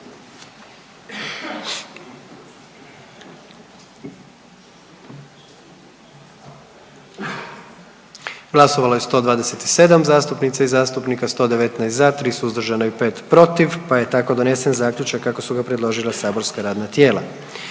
Glasovalo je 125 zastupnica i zastupnika, 77 za, 48 suzdržanih pa je donesen zaključak kako su ga predložila saborska radna tijela.